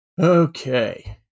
Okay